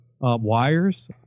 Wires